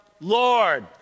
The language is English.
Lord